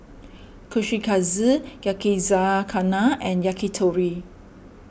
Kushikatsu Yakizakana and Yakitori